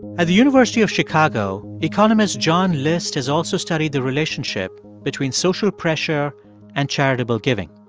at the university of chicago, economist john list has also studied the relationship between social pressure and charitable giving.